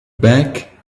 back